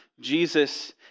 Jesus